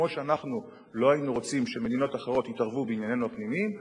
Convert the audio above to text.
כמו שאנחנו לא היינו רוצים שמדינות אחרות יתערבו בעניינינו הפנימיים,